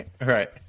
Right